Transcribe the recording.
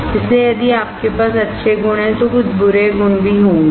इसलिए यदि आपके पास अच्छे गुण हैं तो कुछ बुरे गुण भी होंगे